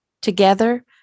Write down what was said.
Together